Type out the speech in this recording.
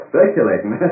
Speculating